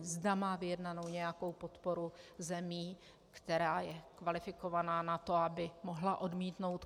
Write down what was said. Zda má vyjednanou nějakou podporu zemí, která je kvalifikovaná na to, aby mohla odmítnout kvóty.